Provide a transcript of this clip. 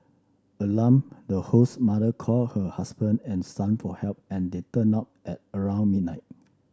alarmed the host's mother called her husband and son for help and they turned up at around midnight